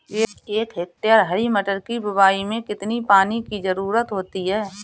एक हेक्टेयर हरी मटर की बुवाई में कितनी पानी की ज़रुरत होती है?